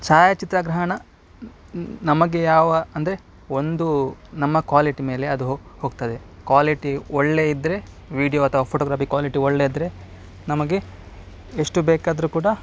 ಛಾಯಾಚಿತ್ರಗ್ರಹಣ ನಮಗೆ ಯಾವ ಅಂದರೆ ಒಂದು ನಮ್ಮ ಕ್ವಾಲಿಟಿ ಮೇಲೆ ಅದು ಹೋಗ್ತದೆ ಕ್ವಾಲಿಟಿ ಒಳ್ಳೆ ಇದ್ರೆ ವೀಡಿಯೋ ಅಥವಾ ಫೋಟೋಗ್ರಫಿ ಕ್ವಾಲಿಟಿ ಒಳ್ಳೆದಿದ್ರೆ ನಮಗೆ ಎಷ್ಟು ಬೇಕಾದರು ಕೂಡ